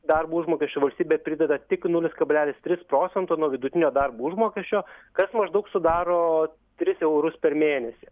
darbo užmokesčio valstybė prideda tik nulis kablelis tris procento nuo vidutinio darbo užmokesčio kas maždaug sudaro tris eurus per mėnesį